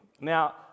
Now